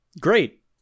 great